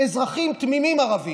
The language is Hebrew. אזרחים תמימים ערבים,